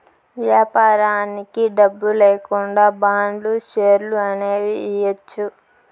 వ్యాపారానికి డబ్బు లేకుండా బాండ్లు, షేర్లు అనేవి ఇయ్యచ్చు